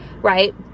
right